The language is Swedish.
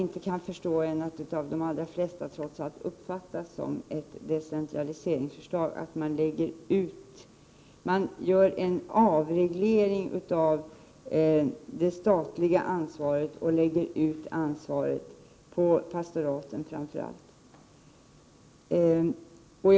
De allra flesta kommer nog trots allt att uppfatta det som ett decentraliseringsförslag, när man vill göra en avreglering av det statliga ansvaret och i stället lägga ut ansvaret på framför allt pastoraten.